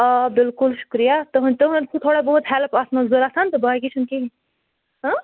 آ بِلکُل شُکرِیہ تُہٕنٛد تُہٕنٛد چھُو تھوڑا بہت ہیٚلٕپ اَتھ منٛز ضوٚرَتھ تہٕ باقے چھُ نہٕ کِہیٖنۍ